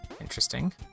Interesting